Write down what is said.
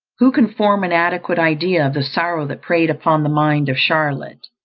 who can form an adequate idea of the sorrow that preyed upon the mind of charlotte?